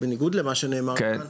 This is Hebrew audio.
בניגוד למה שנאמר כאן אין,